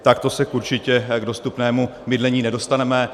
Takto se určitě k dostupnému bydlení nedostaneme.